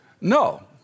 No